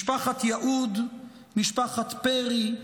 משפחת יהוד, משפחת פרי,